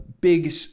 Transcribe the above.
big